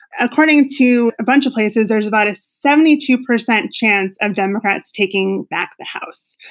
according to a bunch of places, there's about a seventy two percent chance of democrats taking back the house.